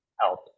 help